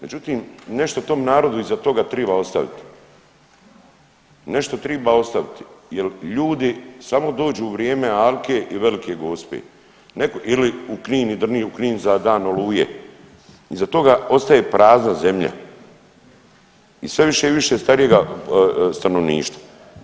Međutim nešto tom narodu iza toga triba ostavit, nešto triba ostaviti jel ljudi samo dođu vrijeme alke i Velike Gospe ili u Knin i Drniš, u Knin za dan Oluje, iza toga ostaje prazna zemlja i sve više i više starijega stanovništva.